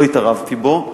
לא התערבתי בו,